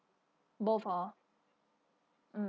both hor mm